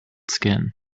skin